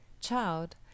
Child